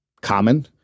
common